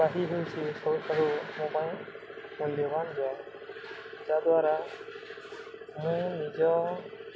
ଯାହାକି ହେଉଛି ସବୁଠୁ ମୋ ପାଇଁ ମୂଲ୍ୟବାନ ଜବ୍ ଯାହାଦ୍ୱାରା ମୁଁ ନିଜ